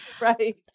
Right